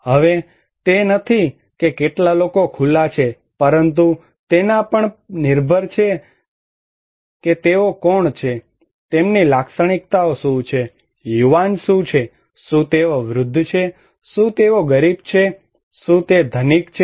હવે તે નથી કે કેટલા લોકો ખુલ્લા છે પરંતુ તેના પણ નિર્ભર કરે છે કે તેઓ કોણ છે તેમની લાક્ષણિકતાઓ શું છે યુવાન છે શું તેઓ વૃદ્ધ છે શું તેઓ ગરીબ છે શું તે ધનિક છે